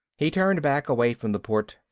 he turned back, away from the port.